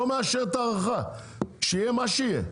לא מאשר את ההארכה שיהיה מה שיהיה,